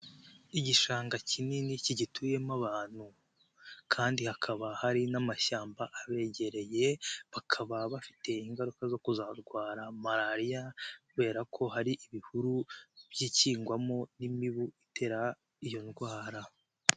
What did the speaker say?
Igishanga kinini kigituyemo abantu kandi hakaba hari n'amashyamba abegereye bakaba bafite ingaruka zo kuzarwara malariya kubera ko hari ibihuru byikingwamo n'imibu itera iyo ndwara.